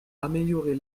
améliorer